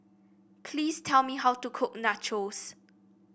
please tell me how to cook Nachos